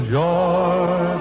joy